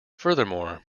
furthermore